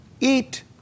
Eat